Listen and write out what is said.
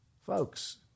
Folks